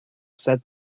set